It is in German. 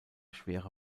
schwere